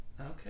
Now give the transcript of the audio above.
Okay